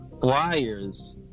flyers